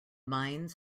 mines